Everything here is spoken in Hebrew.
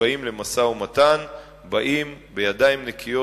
כשבאים למשא-ומתן באים בידיים נקיות,